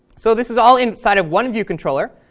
so this is all inside of one view controller,